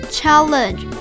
Challenge